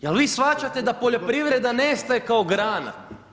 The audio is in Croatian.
Jel vi shvaćate da poljoprivreda nestaje kao grana?